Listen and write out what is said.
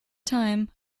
time